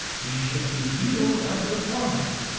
ye should be healed of your torment,